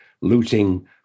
looting